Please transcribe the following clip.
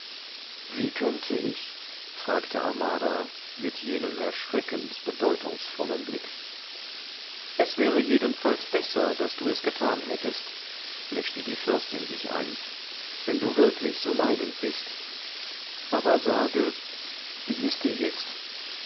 wie könnte ich fragte amara mit jenem erschreckend bedeutungsvollen blick es wäre jedenfalls besser daß du es getan hättest mischte die fürstin sich ein wenn du wirklich so leidend bist aber sage wie ist dir jetzt